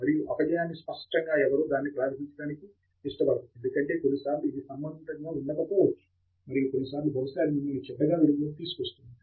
మరియు అపజయాన్ని స్పష్టంగా ఎవ్వరూ దానిని ప్రదర్శించటానికి ఇష్టపడరు ఎందుకంటే కొన్నిసార్లు ఇది సంబంధితంగా ఉండకపోవచ్చు మరియు కొన్నిసార్లు బహుశా అది మిమ్మల్ని చెడ్డగా వెలుగులోకి తెస్తుంది